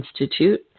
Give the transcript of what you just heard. Institute